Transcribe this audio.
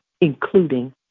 including